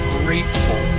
grateful